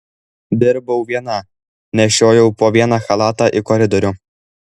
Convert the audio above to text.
dirbau viena nešiojau po vieną chalatą į koridorių